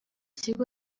kigo